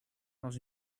dans